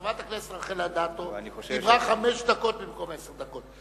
חברת הכנסת רחל אדטו דיברה חמש דקות במקום עשר דקות.